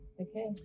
okay